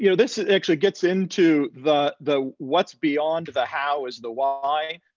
you know this actually gets into the the what's beyond the how is the why.